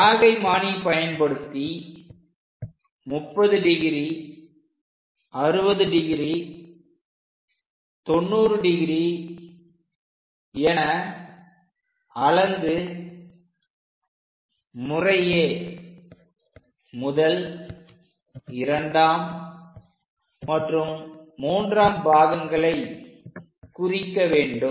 பாகைமானி பயன்படுத்தி 30 degree 60 degree 90 degree என அளந்து முறையே முதல் இரண்டாம் மற்றும் மூன்றாம் பாகங்களை குறிக்க வேண்டும்